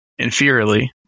Inferiorly